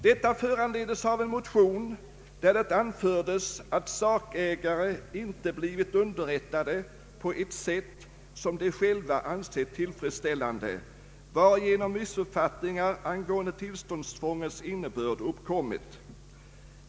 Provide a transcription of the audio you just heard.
Detta föranleddes av en motion, vari anfördes att sakägare inte blivit underrättade på ett sätt som de själva ansett tillfredsställande, varigenom missuppfattningar angående tillståndstvångets innebörd uppkommit.